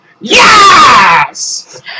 YES